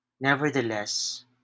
Nevertheless